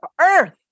earth